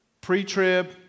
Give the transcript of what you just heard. pre-trib